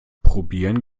probieren